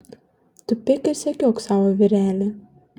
tupėk ir sekiok savo vyrelį